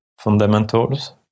fundamentals